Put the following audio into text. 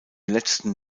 letzten